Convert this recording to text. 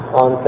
on